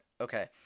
Okay